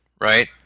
right